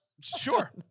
Sure